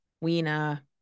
weena